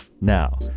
Now